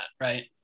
right